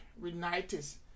rhinitis